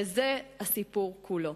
וזה הסיפור כולו.